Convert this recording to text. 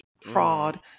Fraud